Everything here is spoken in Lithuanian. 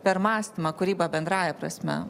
per mąstymą kūrybą bendrąja prasme